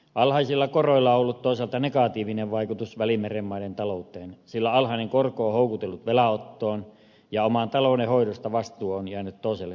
alhaisilla koroilla on ollut toisaalta negatiivinen vaikutus välimeren maiden talouteen sillä alhainen korko on houkutellut velanottoon ja vastuu oman talouden hoidosta on jäänyt toiselle sijalle